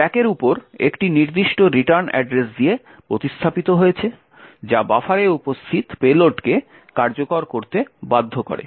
স্ট্যাকের উপর একটি নির্দিষ্ট রিটার্ন অ্যাড্রেস দিয়ে প্রতিস্থাপিত হয়েছে যা বাফারে উপস্থিত পেলোডকে কার্যকর করতে বাধ্য করে